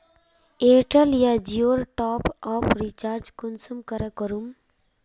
Airtel या जियोर top up recharge कुंसम करे करूम?